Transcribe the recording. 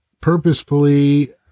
purposefully